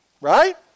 right